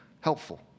helpful